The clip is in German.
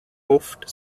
oft